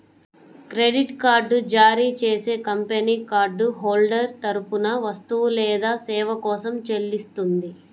credit card జారీ చేసే company card holder తరపున వస్తువు లేదా సేవ కోసం చెల్లిస్తుంది